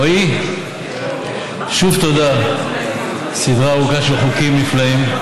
רועי, שוב תודה על סדרה ארוכה של חוקים נפלאים.